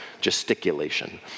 gesticulation